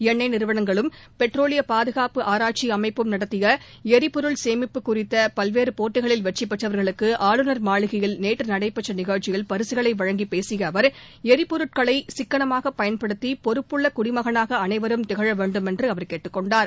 எண்ணெய் நிறுவனங்களும் பெட்ரோலிய பாதுகாப்பு ஆராய்ச்சி அமைப்பும் நடத்திய எரிபொருள் சேமிப்பு குறித்த பல்வேறு போட்டிகளில் வெற்றி பெற்றவர்களுக்கு ஆளுநர் மாளிகையில் நேற்று நடைபெற்ற நிகழ்ச்சியில் பரிசுகளை வழங்கி பேசிய அவர் ளரிபொருட்களை சிக்கனமாக பயன்படுத்தி பொறுப்புள்ள குடிமகனாக அனைவரும் திகழ வேண்டும் என்று அவர் கூறினார்